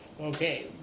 Okay